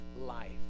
life